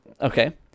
Okay